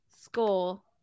School